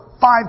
five